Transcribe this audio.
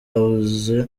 wahoze